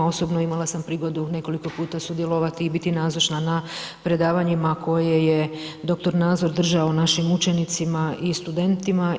Osobno imala sam prigodu nekoliko puta sudjelovati i biti nazočna na predavanjima koje je dr. Nazor držao našim učenicima i studentima.